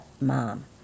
mom